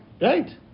Right